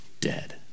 dead